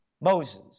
Moses